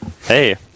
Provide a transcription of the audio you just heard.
Hey